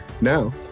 Now